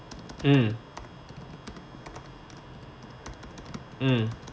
mm mm